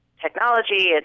technology